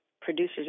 producer's